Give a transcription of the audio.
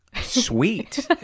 sweet